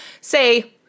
Say